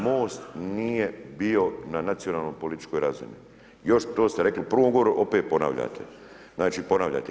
Most nije bio na nacionalnoj političkoj razini, još to ste rekli u prvom govoru opet ponavljate, znači ponavljate.